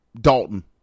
Dalton